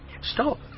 Stop